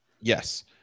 Yes